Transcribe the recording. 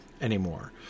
anymore